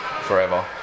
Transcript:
forever